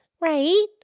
Right